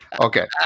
okay